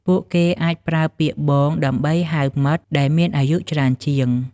ពួកគេអាចប្រើពាក្យ “បង” ដើម្បីហៅមិត្តដែលមានអាយុច្រើនជាង។